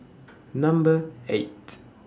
Number eight